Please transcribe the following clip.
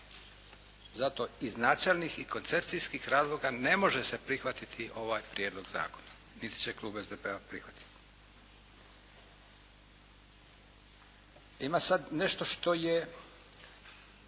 Zato iz načelnih i koncepcijskih razloga ne može se prihvatiti ovaj prijedlog zakona niti će klub SDP-a prihvatiti. Ima sada nešto što je